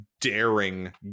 daring